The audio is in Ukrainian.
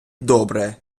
добре